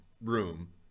room